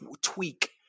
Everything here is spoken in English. tweak